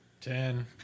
Ten